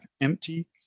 empty